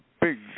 big